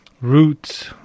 roots